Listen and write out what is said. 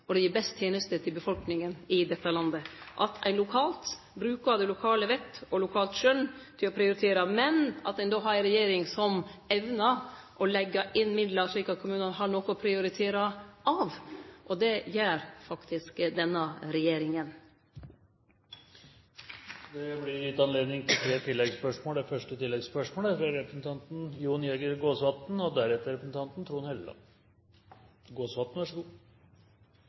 og det gir best tenester til befolkninga i dette landet at ein lokalt brukar det lokale vett og lokalt skjøn til å prioritere, men at ein då har ei regjering som evnar å leggje inn midlar slik at kommunane har noko å prioritere av. Det gjer faktisk denne regjeringa. Det blir gitt anledning til tre oppfølgingsspørsmål – først Jon Jæger Gåsvatn. Statsråden snakker ofte om velferdskommuner, og